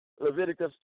Leviticus